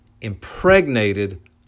impregnated